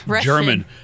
German